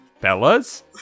Fellas